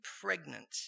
pregnant